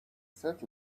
sadly